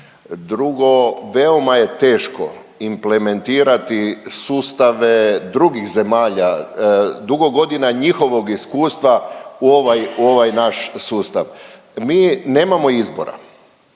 Drugo, veoma je teško implementirati sustave drugih zemalja, dugo godina njihovog iskustva u ovaj naš sustav. Mi nemamo izbora,